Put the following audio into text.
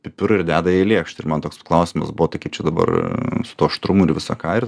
pipirų ir deda į lėkštę ir man toks klausimas buvo tai kaip čia dabar su tuo aštrumu ir visa ką ir